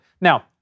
Now